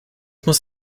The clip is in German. muss